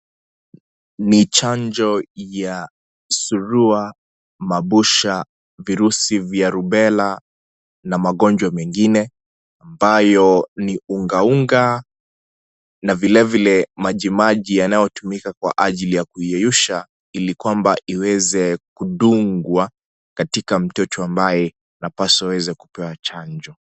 Ni chanjo ya surua, mabusha virusi vya rubella na magonjwa mengine ambayo ni ungaunga na vilevile majimaji yanayotumika kwa ajili ya kuiyeyusha ili kwamba iweze kudungwa katika mtoto ambaye anapaswa awezekupewa chanjo.